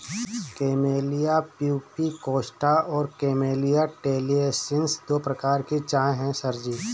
camellia pubicosta और Camellia taliensis दो प्रकार की चाय है सर जी